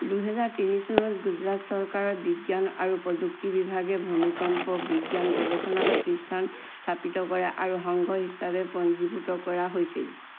দুহেজাৰ তিনি চনত গুজৰাট চৰকাৰৰ বিজ্ঞান আৰু প্ৰযুক্তি বিভাগে ভূমিকম্প বিজ্ঞান গৱেষণা প্ৰতিষ্ঠান স্থাপিত কৰে আৰু সংঘ হিচাপে পঞ্জীভুক্ত কৰা হৈছিল